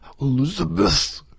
Elizabeth